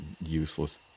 useless